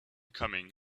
coming